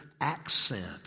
accent